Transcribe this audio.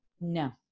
No